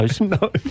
No